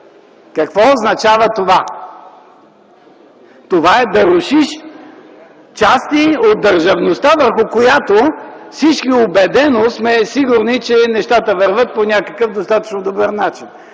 Какво означава това?! Това е да рушиш части от държавността, върху която всички убедено сме сигурни, че нещата вървят по достатъчно добър начин.